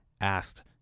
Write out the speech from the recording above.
asked